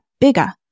bigger